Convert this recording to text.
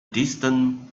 distant